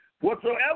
whatsoever